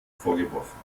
vorgeworfen